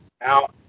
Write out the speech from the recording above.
Now